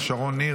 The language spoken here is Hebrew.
שרון ניר,